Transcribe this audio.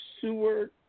Seward